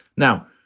now,